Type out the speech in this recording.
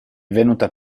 venuta